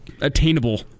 attainable